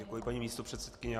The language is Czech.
Děkuji, paní místopředsedkyně.